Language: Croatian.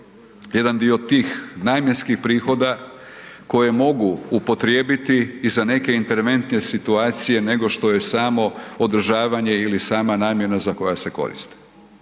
jedan tih namjenskih prihoda koje mogu upotrijebiti i za neke interventne situacije nego što je samo održavanje ili sama namjena za koje se koristi.